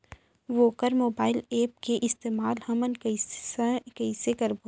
वोकर mobile app के इस्तेमाल हमन कइसे करबो?